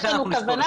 יש לנו כוונה,